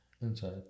inside